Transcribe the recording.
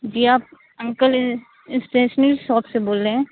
جی آپ uncle stationery shop سے بول رہے ہیں